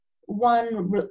one